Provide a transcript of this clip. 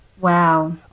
Wow